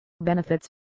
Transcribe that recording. Benefits